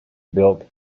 built